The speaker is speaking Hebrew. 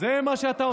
זה מה שאתה עושה פה?